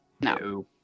No